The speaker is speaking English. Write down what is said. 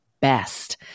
best